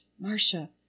Marcia